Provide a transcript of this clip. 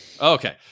Okay